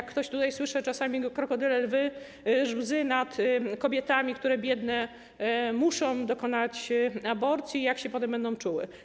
Ktoś tutaj, słyszę czasem, roni krokodyle łzy nad kobietami, które biedne muszą dokonać aborcji, jak się potem będą czuły.